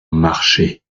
marcher